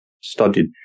studied